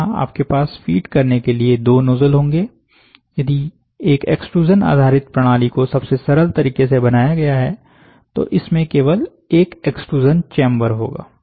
तो यहां आपके पास फीड करने के लिए दो नोजल होंगे यदि एक एक्सट्रूज़न आधारित प्रणाली को सबसे सरल तरीके से बनाया गया है तो इसमें केवल एक एक्सट्रूज़न चेंबर होगा